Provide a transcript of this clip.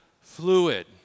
fluid